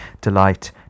delight